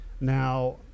now